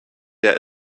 der